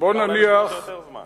את מכירה אותו יותר זמן.